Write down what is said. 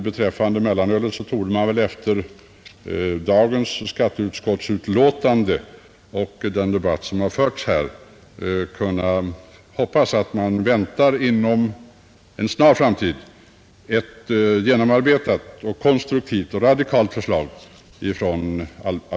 Beträffande mellanölet torde man dock efter skatteutskottets nu presenterade utlåtande och debatten här i dag kunna hoppas att utredningen inom en snar framtid framlägger ett genomarbetat, konstruktivt och radikalt förslag i frågan.